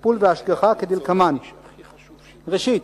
(טיפול והשגחה) כדלקמן: ראשית,